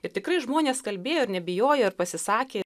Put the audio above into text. ir tikrai žmonės kalbėjo ir nebijojo ir pasisakė